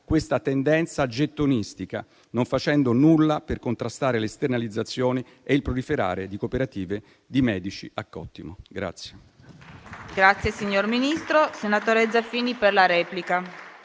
la tendenza gettonistica, non facendo nulla per contrastare le esternalizzazioni e il proliferare di cooperative di medici a cottimo.